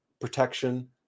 protection